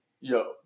yo